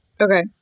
Okay